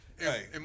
Hey